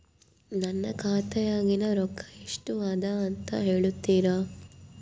ನನ್ನ ಖಾತೆಯಾಗಿನ ರೊಕ್ಕ ಎಷ್ಟು ಅದಾ ಅಂತಾ ಹೇಳುತ್ತೇರಾ?